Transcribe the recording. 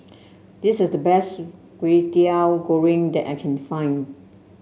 this is the best Kway Teow Goreng that I can find